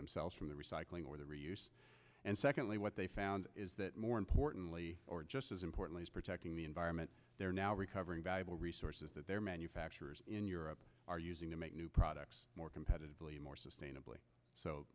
themselves from the recycling or the reuse and secondly what they found is that more importantly or just as important as protecting the environment they're now recovering valuable resources that their manufacturers in europe are using to make new products more competitively more sustainably so